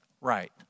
right